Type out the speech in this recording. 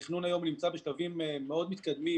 היום התכנון נמצא בשלבים מאוד מתקדמים.